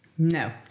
No